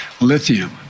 lithium